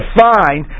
find